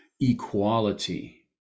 equality